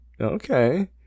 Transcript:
okay